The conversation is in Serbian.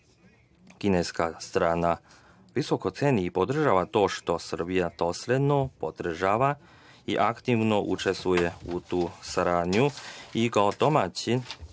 Kineska strana visoko ceni i podržava to što Srbija dosledno podržava i aktivno učestvuje u toj saradnji i kao domaćin